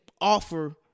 offer